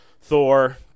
Thor